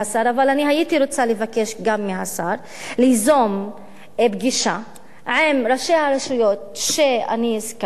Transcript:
אבל הייתי רוצה לבקש גם מהשר ליזום פגישה עם ראשי הרשויות שאני הזכרתי,